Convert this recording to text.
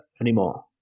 anymore